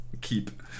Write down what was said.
keep